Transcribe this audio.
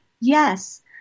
Yes